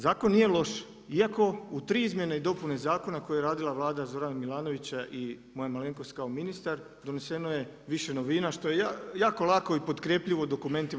Zakon nije loš, iako u 3 izmjene i dopune zakona koje je radila Vlada Zorana Milanovića i moja malenkost kao ministra, doneseno je više novina, što je jako lako i potkrijepivo dokumentima.